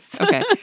Okay